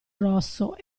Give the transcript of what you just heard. rosso